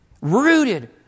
rooted